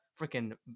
freaking